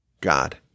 God